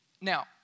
now